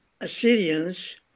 Assyrians